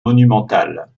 monumental